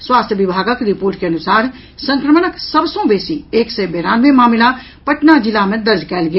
स्वास्थ्य विभागक रिपोर्ट के अनुसार संक्रमणक सभ सँ बेसी एक सय बेरानवे मामिला पटना जिला मे दर्ज कयल गेल